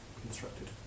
constructed